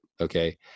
Okay